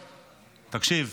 תקשיב,